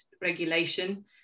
regulation